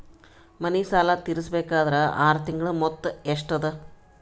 ಮನೆ ಸಾಲ ತೀರಸಬೇಕಾದರ್ ಆರ ತಿಂಗಳ ಮೊತ್ತ ಎಷ್ಟ ಅದ?